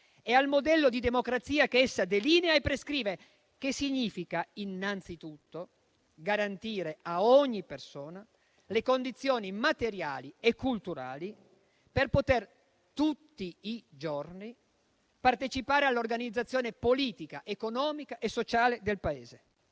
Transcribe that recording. e al modello di democrazia che essa delinea e prescrive, che significa innanzitutto garantire a ogni persona le condizioni materiali e culturali per poter tutti i giorni partecipare all'organizzazione politica, economica e sociale del Paese.